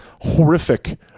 horrific